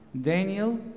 Daniel